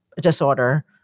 disorder